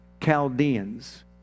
Chaldeans